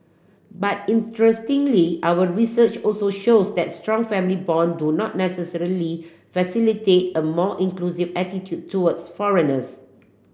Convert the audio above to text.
but interestingly our research also shows that strong family bond do not necessarily facilitate a more inclusive attitude towards foreigners